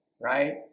right